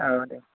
औ दे